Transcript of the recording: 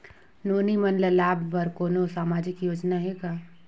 नोनी मन ल लाभ बर कोनो सामाजिक योजना हे का?